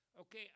Okay